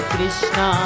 Krishna